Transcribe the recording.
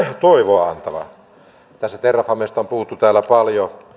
toivoa antava terrafamesta on puhuttu täällä paljon